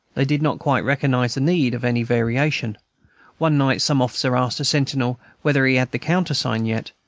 they did not quite recognize the need of any variation one night some officer asked a sentinel whether he had the countersign yet,